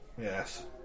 Yes